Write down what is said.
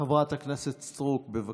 חברת הכנסת סטרוק, בבקשה.